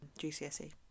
GCSE